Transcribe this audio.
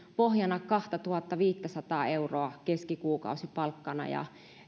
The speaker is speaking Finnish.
pohjana kahtatuhattaviittäsataa euroa keskikuukausipalkkana ja